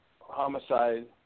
homicide